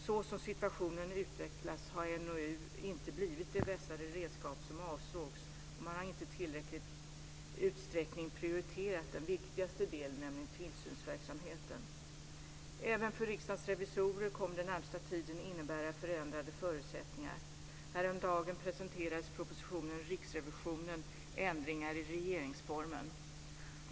Såsom situationen utvecklats har NOU inte blivit det vässade redskap som avsågs. Man har inte i tillräcklig utsträckning prioriterat den viktigaste delen, nämligen tillsynsverksamheten. Även för Riksdagens revisorer kommer den närmaste tiden att innebära förändrade förutsättningar. Häromdagen presenterades propositionen Riksrevisionen - ändringar i regeringsformen.